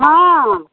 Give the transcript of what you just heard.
हँ